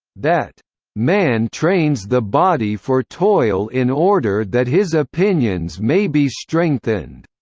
that man trains the body for toil in order that his opinions may be strengthened,